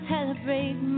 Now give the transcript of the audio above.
Celebrate